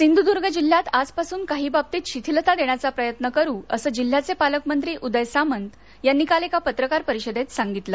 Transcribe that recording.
सिंधुदुर्ग जिल्ह्यात आजपासून काही बाबतीत शिथिलता देण्याचा प्रयत्न करू असं जिल्ह्याचे पालकमंत्री उदय सामंत यानी काल एका पत्रकार परिषदेत सांगितलं